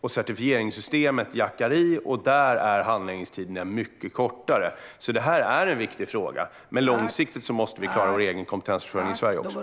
Certifieringssystemet jackar i, och där är handläggningstiderna mycket kortare. Detta är alltså en viktig fråga, men långsiktigt måste vi också klara vår egen kompetensförsörjning i Sverige.